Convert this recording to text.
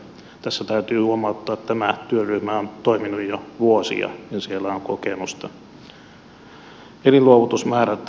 tässä täytyy huomauttaa että tämä työryhmä on toiminut jo vuosia ja siellä on kokemusta